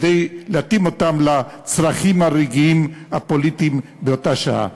כדי להתאים אותם לצרכים הרגעיים הפוליטיים באותה שעה.